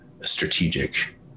strategic